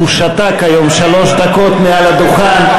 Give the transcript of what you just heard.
הוא שתק היום שלוש דקות מעל הדוכן.